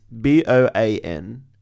B-O-A-N